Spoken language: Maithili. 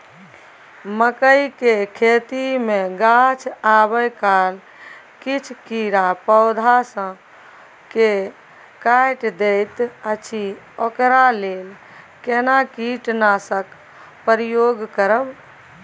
मकई के खेती मे गाछ आबै काल किछ कीरा पौधा स के काइट दैत अछि ओकरा लेल केना कीटनासक प्रयोग करब?